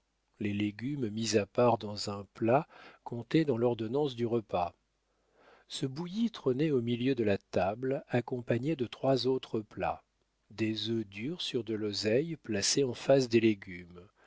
les légumes mis à part dans un plat comptaient dans l'ordonnance du repas ce bouilli trônait au milieu de la table accompagné de trois autres plats des œufs durs sur de l'oseille placés en face des légumes